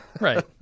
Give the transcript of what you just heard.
right